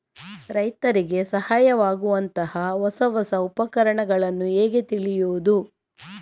ರೈತರಿಗೆ ಸಹಾಯವಾಗುವಂತಹ ಹೊಸ ಹೊಸ ಉಪಕರಣಗಳನ್ನು ಹೇಗೆ ತಿಳಿಯುವುದು?